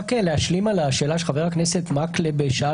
רק להשלים את שאלתו של חבר הכנסת מקלב ששאל